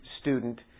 student